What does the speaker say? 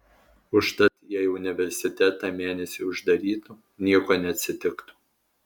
užtat jei universitetą mėnesiui uždarytų nieko neatsitiktų